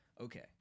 Okay